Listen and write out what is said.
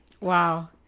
Wow